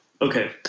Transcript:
okay